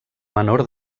menor